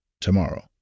tomorrow